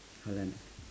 hold on